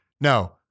No